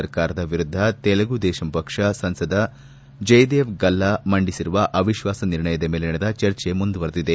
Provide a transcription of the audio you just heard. ಸರ್ಕಾರದ ವಿರುದ್ಧ ತೆಲುಗು ದೇಶಂ ಪಕ್ಷದ ಸಂಸದ ಜಯದೇವ್ ಗಲ್ಲಾ ಮಂಡಿಸಿರುವ ಅವಿಶ್ಲಾಸ ನಿರ್ಣಯದ ಮೇಲೆ ನಡೆದ ಚರ್ಚೆ ಮುಂದುವರೆದಿದೆ